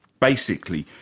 basically,